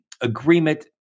agreement